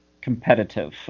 competitive